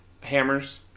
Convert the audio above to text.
Hammers